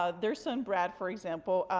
ah their son brad, for example,